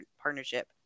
partnership